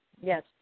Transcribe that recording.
Yes